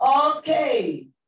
okay